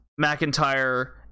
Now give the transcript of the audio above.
McIntyre